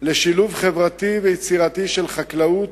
לשילוב חברתי ויצירתי של חקלאות,